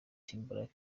timberlake